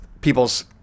people's